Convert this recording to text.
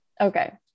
Okay